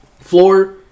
floor